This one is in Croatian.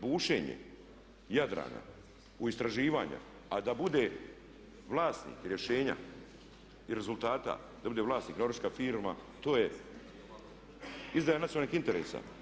Bušenje Jadrana, istraživanja a da bude vlasnik rješenja rezultata, da bude vlasnik Norveška firma to je izdaja nacionalnih interesa.